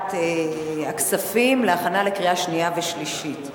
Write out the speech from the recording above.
לוועדת הכספים להכנה לקריאה שנייה ושלישית.